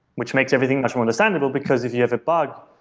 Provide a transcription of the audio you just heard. which makes everything much more understandable, because if you have a bug,